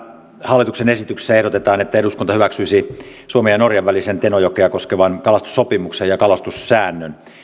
hallituksen esityksessä ehdotetaan että eduskunta hyväksyisi suomen ja norjan välisen tenojokea koskevan kalastussopimuksen ja kalastussäännön